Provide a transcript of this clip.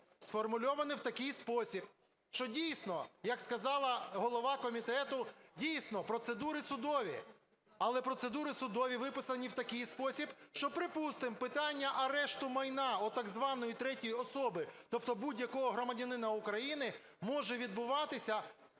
сформульовано в такий спосіб, що дійсно, як сказала голова комітету, дійсно процедури судові, але процедури судові виписані в такий спосіб, що, припустимо, питання арешту майна у так званої третьої особи, тобто будь-якого громадянина України, може відбуватися